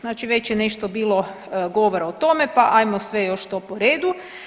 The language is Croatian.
Znači već je nešto bilo govora o tome, pa hajmo sve još to po redu.